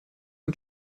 und